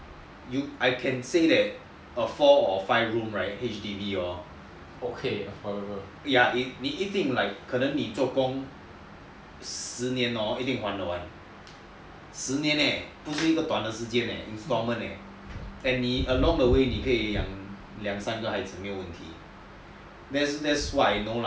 I can say that a four or five room H_D_B 可能你做工十年 hor 一定还的完十年 leh 不是一个短的时间 leh installment leh and along the way 你可以养两三个孩子没有问题 that's what I know lah